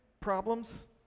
problems